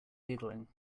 giggling